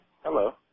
hello